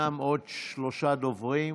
ישנם עוד שלושה דוברים.